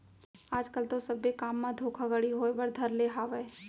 आज कल तो सब्बे काम म धोखाघड़ी होय बर धर ले हावय